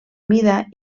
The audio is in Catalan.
mida